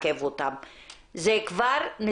זה מה שמעכב אותם.